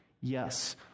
yes